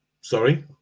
Sorry